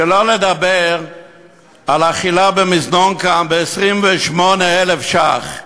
שלא לדבר על אכילה במזנון כאן ב-28,000 ש"ח.